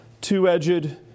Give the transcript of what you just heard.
two-edged